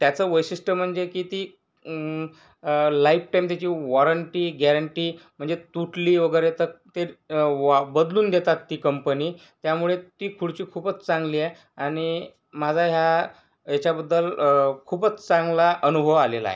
त्याचं वैशिष्ट्य म्हणजे की ती लाईफटाईम त्याची वॉरंटी गॅरंटी म्हणजे तुटली वगैरे तर ते बदलून देतात ती कंपनी त्यामुळे ती खुर्ची खूपच चांगली आहे आणि माझा ह्या याच्याबद्दल खूपच चांगला अनुभव आलेला आहे